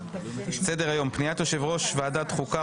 סדר-היום: פניית יושב-ראש ועדת החוקה,